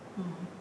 mm